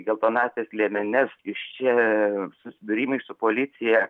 geltonąsias liemenes iš čia susidūrimai su policija